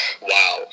wow